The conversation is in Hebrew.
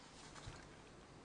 הצבעה אושר.